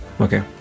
okay